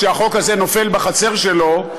שהחוק הזה נופל בחצר שלו,